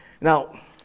Now